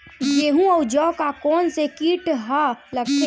गेहूं अउ जौ मा कोन से कीट हा लगथे?